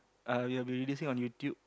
uh we'll be releasing on YouTube